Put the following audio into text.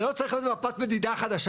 ולא צריך להביא מפת מדידה חדשה.